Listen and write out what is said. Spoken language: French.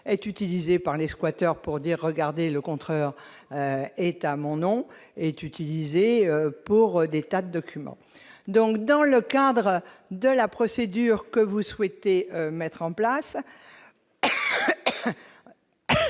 est utilisé par les squatteurs pour dire : regardez le contre est mon nom est utilisé pour des tas d'documents donc dans le cadre de la procédure que vous souhaitez mettre en place.